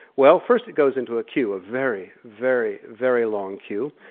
well, first it goes into a queue, a very, very, very long queue.